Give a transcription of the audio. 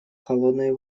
холодной